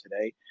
today